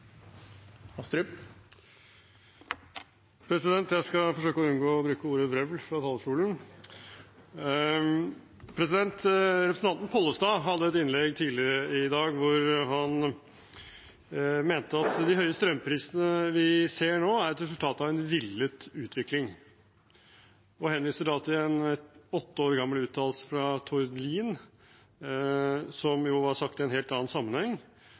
hadde et innlegg tidligere i dag hvor han mente at de høye strømprisene vi ser nå, er et resultat av en villet utvikling. Han henviser til en åtte år gammel uttalelse fra Tord Lien, som var sagt i en helt annen sammenheng